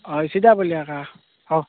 ଅଇ ସେଟା ଏକା ହଉ